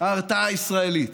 ההרתעה הישראלית.